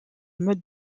mode